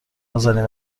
نازنین